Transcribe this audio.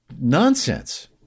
Nonsense